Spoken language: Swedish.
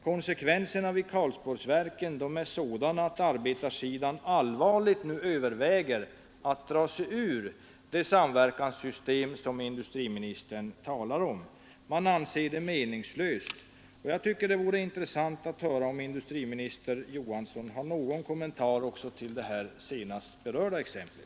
Konsekvenserna för Karlsborgsverken är sådana att arbetarsidan nu allvarligt överväger att dra sig ur det samverkanssystem som industriministern talar om. Man anser det meningslöst. Jag tycker att det vore intressant att höra om industriminister Johansson också har någon kommentar till det senast berörda exemplet.